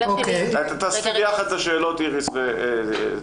תאספי ביחד את השאלות, איריס, ותשיבי.